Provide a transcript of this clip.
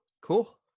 Cool